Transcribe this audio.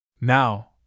Now